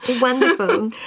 Wonderful